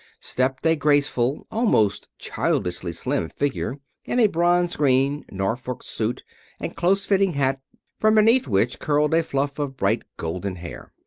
stepped a graceful almost childishly slim figure in a bronze-green norfolk suit and close-fitting hat from beneath which curled a fluff of bright golden hair.